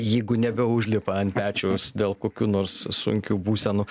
jeigu nebeužlipa ant pečiaus dėl kokių nors sunkių būsenų